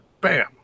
Bam